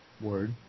Word